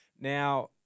Now